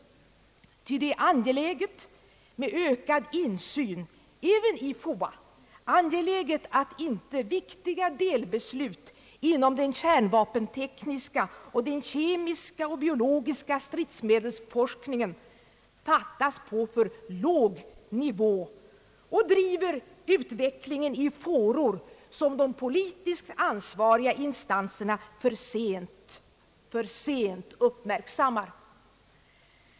Ty det är angeläget med ökad insyn även i FOA, angeläget att inte viktiga delbeslut inom den kärnvapentekniska och den kemiska och biologiska stridsmedelsforskningen fattas på för låg nivå och driver utvecklingen i fåror som de politiskt ansvariga instanserna för sent uppmärksammar.